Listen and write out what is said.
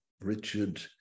Richard